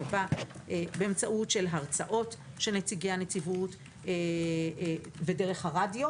באמצעות הרצאות של נציגי הנציבות ודרך הרדיו,